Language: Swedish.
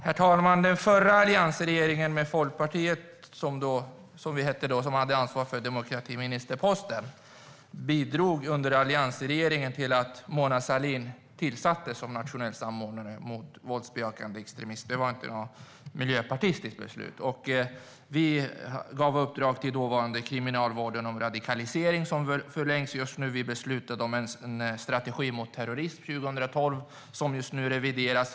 Herr talman! Alliansregeringen med Folkpartiet, som vi hette då, som hade ansvar för demokratiministerposten, bidrog till att Mona Sahlin tillsattes som nationell samordnare mot våldsbejakande extremism. Det var inte något miljöpartistiskt beslut. Vi gav uppdrag till dåvarande Kriminalvården som handlade om radikalisering - det förlängs just nu. Vi beslutade om en strategi mot terrorism 2012, som just nu revideras.